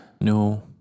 No